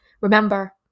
remember